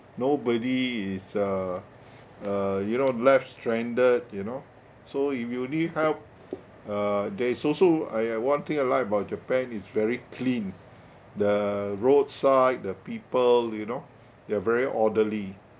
nobody is uh uh you know left stranded you know so if you need help uh there is also I I one thing I like about japan it's very clean the roadside the people you know they're very orderly